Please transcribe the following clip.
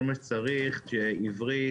כל מה שצריך עברית,